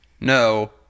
No